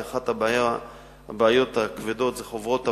כי אחת הבעיות הכבדות היא חוברות עבודה,